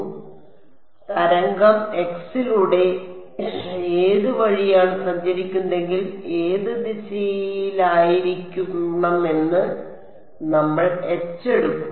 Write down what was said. അതിനാൽ തരംഗം x ലൂടെ ഏത് വഴിയാണ് സഞ്ചരിക്കുന്നതെങ്കിൽ ഏത് ദിശയിലായിരിക്കണമെന്ന് നമ്മൾ H എടുക്കും